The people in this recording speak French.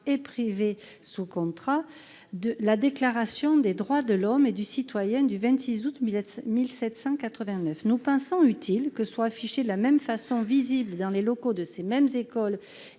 et privés sous contrat, de la Déclaration des droits de l'homme et du citoyen du 26 août 1789. Nous pensons utile que soit affichée de la même façon et dans les mêmes locaux